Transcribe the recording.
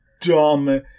dumb